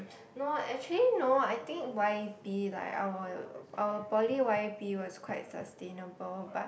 no actually no I think why be like our our poly why be was quite sustainable but